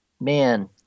man